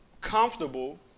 comfortable